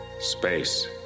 Space